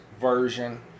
version